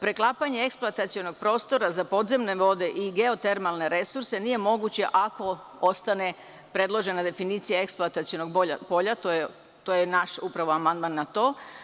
Preklapanje eksploatacionog prostora za podzemne vode i geotermalne resurse nije moguće ako ostane predložena definicija eksploatacionog polja, naš amandman se odnosi upravo na to.